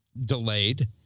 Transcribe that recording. delayed